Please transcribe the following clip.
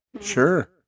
sure